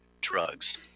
drugs